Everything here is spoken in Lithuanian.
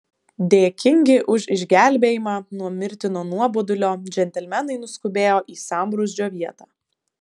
dėkingi už išgelbėjimą nuo mirtino nuobodulio džentelmenai nuskubėjo į sambrūzdžio vietą